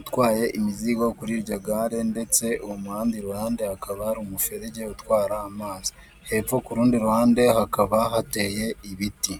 utwaye imizigo kuri iryo gare, ndetse uwo muhanda iruhande hakaba hari umuferege utwara amazi. Hepfo k'urundi ruhande hakaba hateye ibiti.